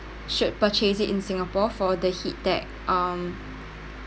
should purchase it in singapore for the HeatTech um